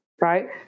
Right